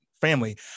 family